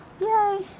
Yay